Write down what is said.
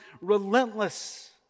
relentless